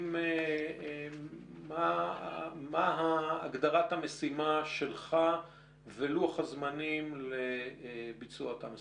מה הגדרת המשימה שלך ולוח הזמנים לביצוע אותם נושאים?